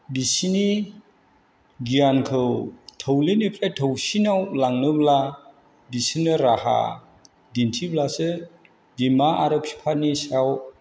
बिसिनि गियानखौ थौलेनिफ्राय थौसिनाव लांनोब्ला बिसोरनो राहा दिन्थिब्लासो बिमा आरो बिफानि सायाव